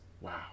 wow